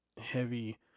heavy